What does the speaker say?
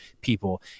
people